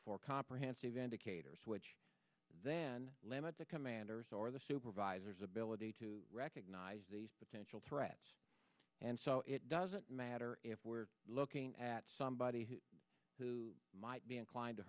for comprehensive indicators which then limit the commanders or the supervisors ability to recognize these potential threats and so it doesn't matter if we're looking at somebody who might be inclined to